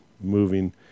moving